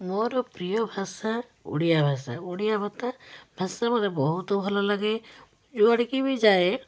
ମୋର ପ୍ରିୟ ଭାଷା ଓଡ଼ିଆ ଭାଷା ଓଡ଼ିଆ କଥା ଭାଷା ମୋତେ ବହୁତ ଭଲଲାଗେ ଯୁଆଡ଼ିକି ବି ଯାଏ